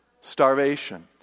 Starvation